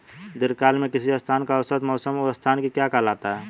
दीर्घकाल में किसी स्थान का औसत मौसम उस स्थान की क्या कहलाता है?